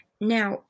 Now